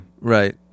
Right